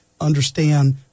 understand